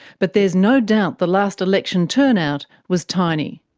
but there is no doubt the last election turnout was tiny.